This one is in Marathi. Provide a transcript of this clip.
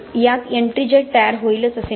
यात एट्रिंजाइट तयार होईलच असे नाही